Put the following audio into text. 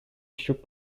shoot